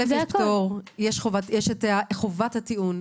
יש את חובת הטיעון,